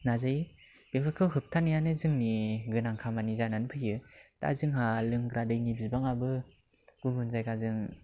नाजायो बेफोरखौ होबथानायानो जोंनि गोनां खामानि जानानै फैयो दा जोंहा लोंग्रा दैनि बिबाङाबो गुबुन जायगाजों